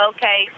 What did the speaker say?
Okay